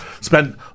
Spent